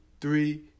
three